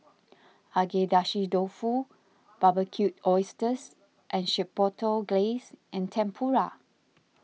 Agedashi Dofu Barbecued Oysters with Chipotle Glaze and Tempura